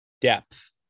Depth